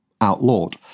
outlawed